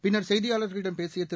பின்னர் செய்தியாளர்களிடம் பேசிய திரு